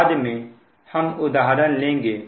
बाद में हम उदाहरण लेंगे